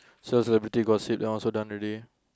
so celebrity gossip that also done already